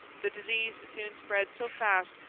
the disease soon spread so fast,